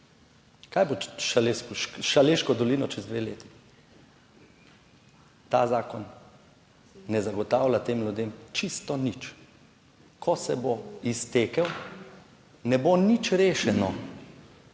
Kaj bo s Šaleško dolino čez dve leti? Ta zakon ne zagotavlja tem ljudem čisto nič. Ko se bo iztekel, ne bo nič rešeno.